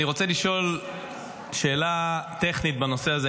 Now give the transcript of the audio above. אני רוצה לשאול שאלה טכנית בנושא הזה.